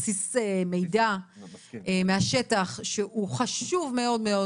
בסיס מידע מהשטח שהוא חשוב מאוד מאוד